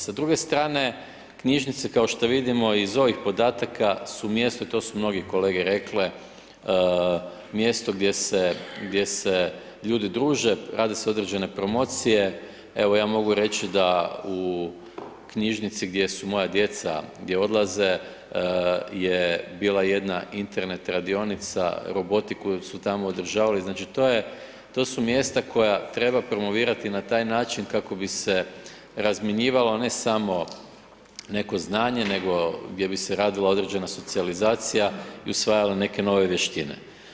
Sa druge strane, knjižnice, kao što vidimo iz ovih podataka su mjesto, to su mnogi kolege rekle, mjesto gdje se ljudi druže, rade se određene promocije, evo ja mogu reći da u knjižnici gdje su moja djeca, gdje odlaze je bila jedna Internet radionica, robotiku su tamo održavali, znači to je, to su mjesta koja treba promovirati na taj način kako bi se razmjenjivalo, ne samo neko znanje nego gdje bi se radila određena socijalizacija i usvajale neke nove vještine.